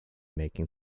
making